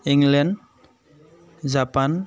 England Japan